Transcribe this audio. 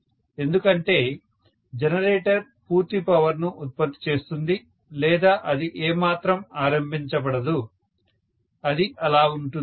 ఎందుకంటే జనరేటర్ పూర్తి పవర్ ను ఉత్పత్తి చేస్తుంది లేదా అది ఏమాత్రం ఆరంభించబడదు అది అలా ఉంటుంది